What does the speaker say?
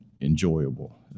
enjoyable